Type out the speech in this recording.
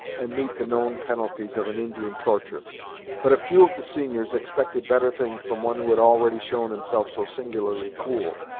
and meet the known penalties of an indian torture but a few of the seniors expected better things from one who had already shown himself so singularly cool,